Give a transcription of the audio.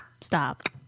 Stop